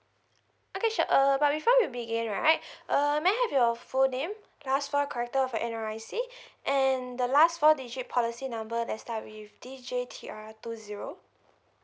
okay sure um but before we begin right uh may I have your full name last four character of your N_R_I_C and the last four digit policy number there's start with D J T R two zero